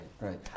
right